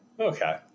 okay